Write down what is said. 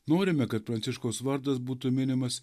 norime kad pranciškaus vardas būtų minimas